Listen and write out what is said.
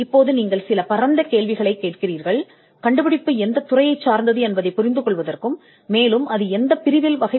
இப்போது நீங்கள் சில பரந்த கேள்விகளைக் கேட்கிறீர்கள் கண்டுபிடிப்புத் துறையை புரிந்து கொள்ள முயற்சி செய்யுங்கள்